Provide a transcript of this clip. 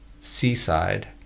seaside